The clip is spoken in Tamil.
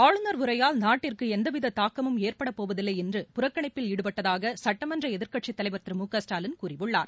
ஆளுநர் உரையால் நாட்டிற்கு எந்தவித தாக்கமும் ஏற்படப்போவதில்லை என்று புறக்கணிப்பில் ஈடுபட்டதாக சட்டமன்ற எதிர்கட்சித் தலைவர் திரு மு க ஸ்டாலின் கூறியுள்ளார்